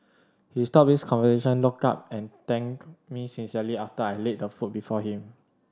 he stopped his conversation looked up and thanked me sincerely after I laid the food before him